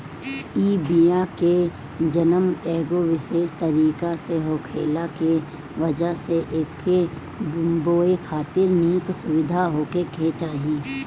इ बिया के जनम एगो विशेष तरीका से होखला के वजह से एके बोए खातिर निक सुविधा होखे के चाही